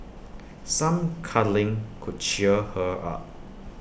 some cuddling could cheer her up